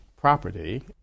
property